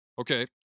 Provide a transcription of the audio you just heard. Okay